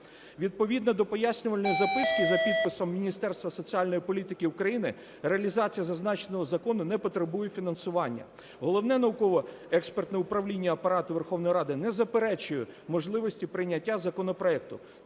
Відповідно до пояснювальної записки за підписом Міністерства соціальної політики України реалізація зазначеного закону не потребує фінансування. Головне науково-експертне управління Апарату Верховної Ради не заперечує можливості прийняття законопроекту.